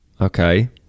Okay